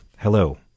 Hello